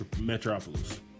metropolis